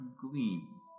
gleam